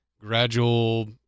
gradual